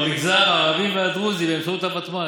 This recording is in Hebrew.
במגזר הערבי והדרוזי, באמצעות הוותמ"ל.